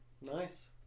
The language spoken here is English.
Nice